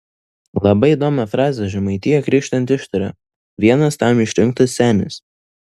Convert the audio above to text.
labai įdomią frazę žemaitiją krikštijant ištaria vienas tam išrinktas senis